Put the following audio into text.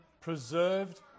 preserved